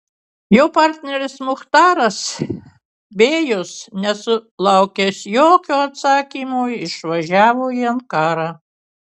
jo partneris muchtaras bėjus nesulaukęs jokio atsakymo išvažiavo į ankarą